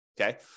Okay